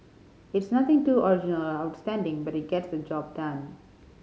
it's nothing too original or outstanding but it gets the job done